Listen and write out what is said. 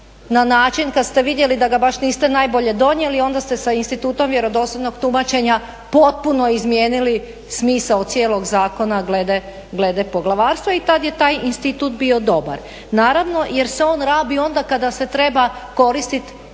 na način kad ste vidjeli da ga baš niste najbolje donijeli onda ste sa institutom vjerodostojnog tumačenja potpuno izmijenili smisao cijelog zakona glede poglavarstva i tad je taj institut bio dobar naravno jer se on rabi onda kada se treba koristiti